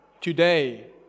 today